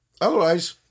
Otherwise